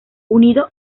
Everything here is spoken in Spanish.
unido